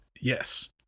Yes